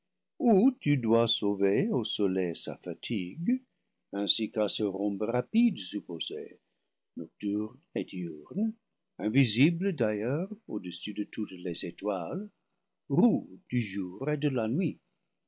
ou tu dois sauver au soleil sa fatigue ainsi qu'à ce rhombe rapide supposé nocturne et diurne invi sible d'ailleurs au-dessus de toutes les étoiles roue du jour et de la nuit